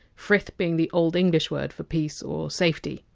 frit being the old english word for! peace! or! safety!